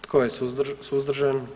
Tko je suzdržan?